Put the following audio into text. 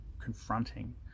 confronting